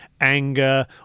anger